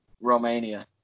Romania